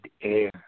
air